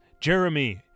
Jeremy